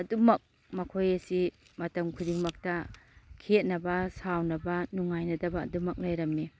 ꯑꯗꯨꯝꯃꯛ ꯃꯈꯣꯏ ꯑꯁꯤ ꯃꯇꯝ ꯈꯨꯗꯤꯡꯃꯛꯇ ꯈꯦꯠꯅꯕ ꯁꯥꯎꯅꯕ ꯅꯨꯡꯉꯥꯏꯅꯗꯕ ꯑꯗꯨꯝꯃꯛ ꯂꯩꯔꯝꯏ